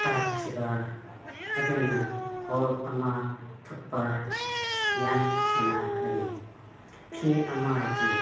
ꯇꯠꯈꯤꯕ ꯑꯗꯨꯅ ꯍꯣꯜ ꯑꯃ ꯊꯣꯛꯄ ꯌꯥꯝ ꯊꯦꯡꯅꯕꯅꯤ ꯐꯤ ꯑꯃꯒꯤ